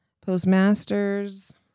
postmasters